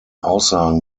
aussagen